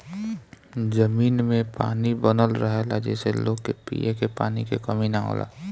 जमीन में पानी बनल रहेला जेसे लोग के पिए के पानी के कमी ना होला